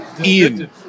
Ian